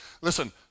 listen